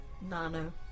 nano